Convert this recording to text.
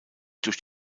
durch